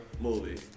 movie